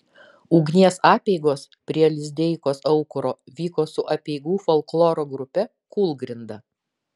ugnies apeigos prie lizdeikos aukuro vyko su apeigų folkloro grupe kūlgrinda